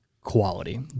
quality